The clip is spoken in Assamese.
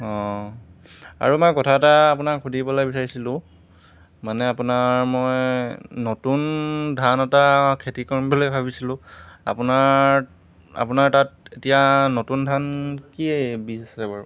অঁ আৰু মা কথা এটা আপোনাক সুধিবলৈ বিচাৰিছিলো মানে আপোনাৰ মই নতুন ধান এটা খেতি কৰিম বুলি ভাবিছিলো আপোনাৰ আপোনাৰ তাত এতিয়া নতুন ধান কি বীজ আছে বাৰু